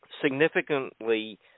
Significantly